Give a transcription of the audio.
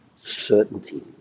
certainty